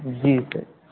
جی سر